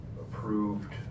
approved